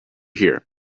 here